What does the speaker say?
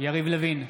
יריב לוין,